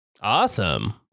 Awesome